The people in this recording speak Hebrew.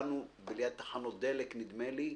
ליד תחנות דלק, נדמה לי,